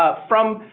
ah from,